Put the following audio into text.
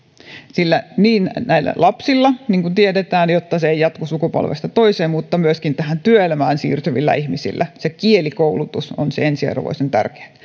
sillä näillä lapsilla niin kuin tiedetään jotta ongelma ei jatku sukupolvesta toiseen mutta myöskin työelämään siirtyvillä ihmisillä se kielikoulutus on ensiarvoisen tärkeä